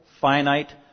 finite